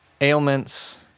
ailments